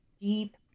deep